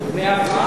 נתקבלה.